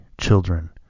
children